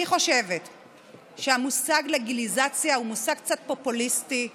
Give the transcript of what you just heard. אני חושבת שהמושג "לגליזציה" הוא מושג קצת פופוליסטי ומבלבל.